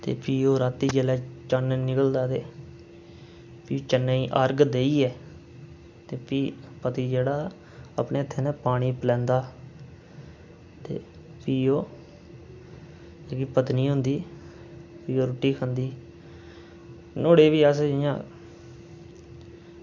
ते भी ओह् जेल्लै रातीं चन्न निकलदा ते भी चन्नै ई अर्घ देइयै पति जेह्ड़ा अपने हत्थें कन्नै पानी पलैंदा ते भी ओह् पत्नि होंदी रुट्टी खंदी नुहाड़े बी अस इंया